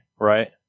right